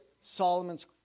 Solomon's